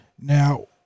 now